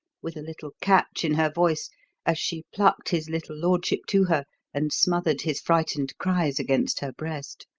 with a little catch in her voice as she plucked his little lordship to her and smothered his frightened cries against her breast.